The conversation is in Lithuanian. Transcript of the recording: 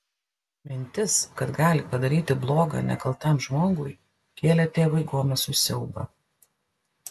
mintis kad gali padaryti bloga nekaltam žmogui kėlė tėvui gomesui siaubą